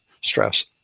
stress